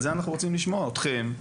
על זה אנחנו רוצים לשמוע אתכם.